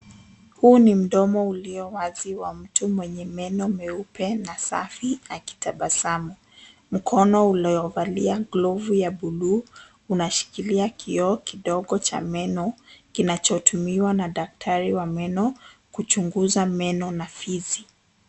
Huu ni mdomo ulio wazi wa mtu mwenye meno meupe na safi akitabasamu. Mkono uliovalia glovu ya bluu unashikilia kioo kidogo cha meno kinachotumiwa na daktari wa meno kuchunguza meno na fizi.